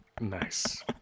Nice